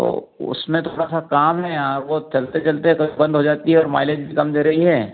तो उसमें थोड़ा सा काम है यार वो चलते चलते बस बंद हो जाती है और माइलेज भी कम दे रही है